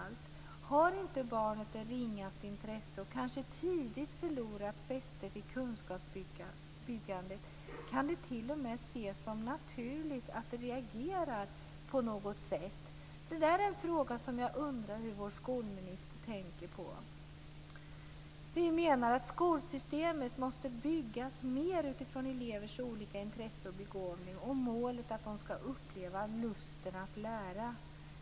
Om barnet inte har det ringaste intresse och kanske tidigt förlorat fästet i kunskapsbyggandet, kan det t.o.m. ses som naturligt att det reagerar på något sätt. Detta är en fråga som jag undrar hur vår skolminister tänker på. Vi menar att skolsystemet måste byggas mer utifrån elevers olika intressen och begåvning och målet att de ska uppleva lusten att lära.